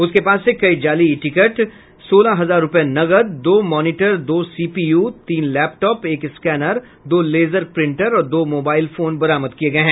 उसके पास से कई जाली ई टिकट सोलह हजार रुपए नकद दो मॉनिटर दो सीपीयू तीन लैपटॉप एक स्कैनर दो लेजर प्रिंटर और दो मोबाइल फोन बरामद किये गये हैं